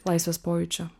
laisvės pojūčio